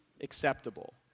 acceptable